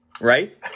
right